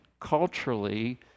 culturally